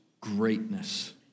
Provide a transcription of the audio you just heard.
greatness